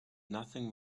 nothing